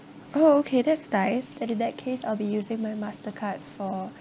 oh okay that's nice then in that case I'll be using my mastercard for